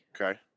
okay